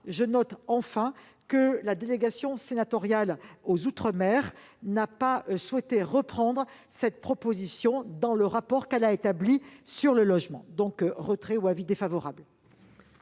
Je note, enfin, que la délégation sénatoriale aux outre-mer n'a pas souhaité reprendre cette proposition dans le rapport qu'elle a établi sur le logement. Par conséquent, la